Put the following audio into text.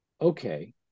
Okay